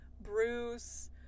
Bruce